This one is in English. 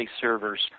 servers